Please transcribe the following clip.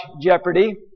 Jeopardy